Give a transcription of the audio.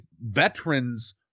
veterans